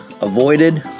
avoided